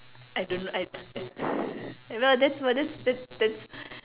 I don't know I I know that's but that's that's that's